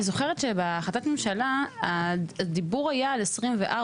אני זוכרת שבהחלטת הממשלה הדיבור היה על שנת 2024,